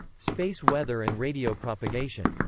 space weather and radio propagation.